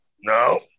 No